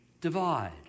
divide